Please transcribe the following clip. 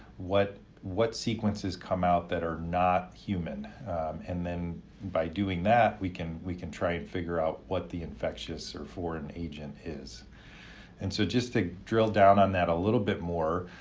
what what sequences come out that are not human and then by doing that, we can we can try and figure out what the infectious or foreign agent is and so just to drill down on that a little bit more,